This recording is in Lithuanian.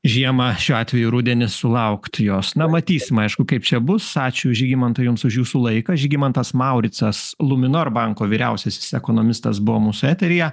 žiemą šiuo atveju rudenį sulaukti jos na matysim aišku kaip čia bus ačiū žygimantai jums už jūsų laiką žygimantas mauricas luminor banko vyriausiasis ekonomistas buvo mūsų eteryje